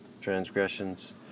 transgressions